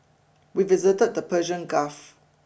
we visited the Persian Gulf